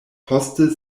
poste